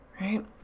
right